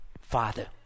father